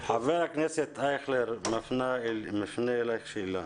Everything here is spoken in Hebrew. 10:10) ח"כ אייכלר מפנה אלייך שאלה.